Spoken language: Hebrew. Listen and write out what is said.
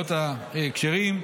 מהקולות הכשרים,